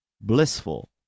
blissful